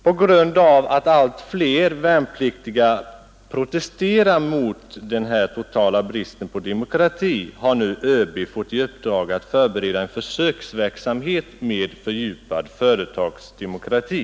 På grund av att allt fler värnpliktiga har protesterat mot denna totala brist på demokrati har ÖB nu fått i uppdrag att förbereda en försöksverksamhet med fördjupad företagsdemokrati.